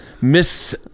Miss